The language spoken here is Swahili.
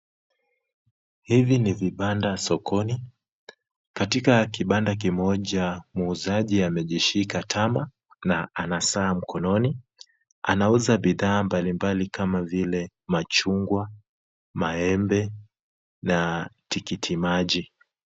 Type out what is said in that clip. Hivi ni vibanda sokoni. Katika kibanda kimoja muuzaji amejishika tama na ana saa mkononi. Anauza bidhaa mbalimbali kama vile machungwa, maembe na tikiti maji.